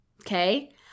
okay